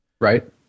Right